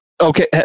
Okay